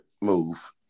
move